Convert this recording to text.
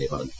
A പറഞ്ഞു